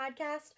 podcast